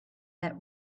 that